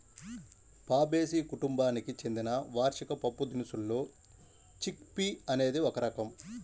Fabaceae కుటుంబానికి చెందిన వార్షిక పప్పుదినుసుల్లో చిక్ పీ అనేది ఒక రకం